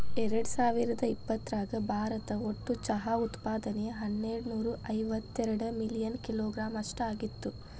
ಎರ್ಡಸಾವಿರದ ಇಪ್ಪತರಾಗ ಭಾರತ ಒಟ್ಟು ಚಹಾ ಉತ್ಪಾದನೆಯು ಹನ್ನೆರಡನೂರ ಇವತ್ತೆರಡ ಮಿಲಿಯನ್ ಕಿಲೋಗ್ರಾಂ ಅಷ್ಟ ಆಗಿತ್ತು